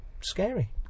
scary